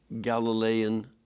Galilean